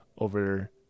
over